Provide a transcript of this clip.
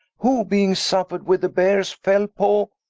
who being suffer'd with the beares fell paw,